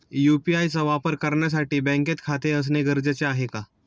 UPI चा वापर करण्यासाठी बँकेत खाते असणे गरजेचे आहे का?